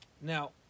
Now